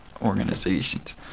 organizations